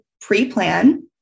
pre-plan